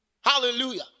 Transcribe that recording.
Hallelujah